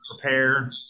prepare